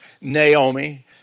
Naomi